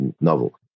novel